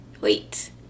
wait